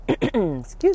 excuse